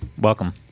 welcome